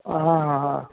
अ हां हां